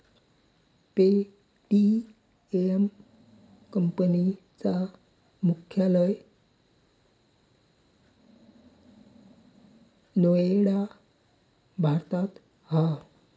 Paytm company चा मुख्यालय नोएडा भारतात हा